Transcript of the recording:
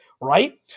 right